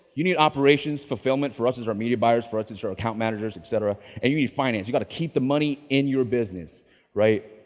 you need operations fulfillment. for us it's our media buyers. for us our account managers etcetera, and you need finance. you got to keep the money in your business right,